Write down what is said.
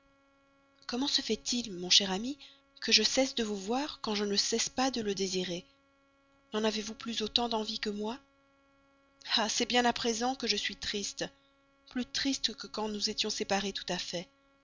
comment donc se fait-il mon cher ami que je cesse de vous voir quand je ne cesse pas de le désirer n'en avez-vous plus autant d'envie que moi ah c'est bien à présent que je suis triste plus triste que quand nous étions séparés tout à fait